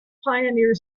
pioneer